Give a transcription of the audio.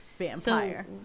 vampire